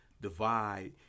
divide